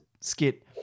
skit